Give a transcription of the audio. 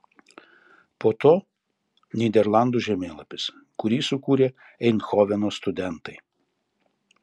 po to nyderlandų žemėlapis kurį sukūrė eindhoveno studentai